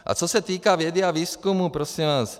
A co se týče vědy a výzkumu prosím vás.